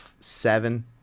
seven